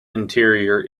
interior